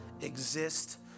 exist